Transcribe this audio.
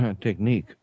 technique